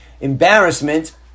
embarrassment